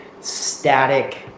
static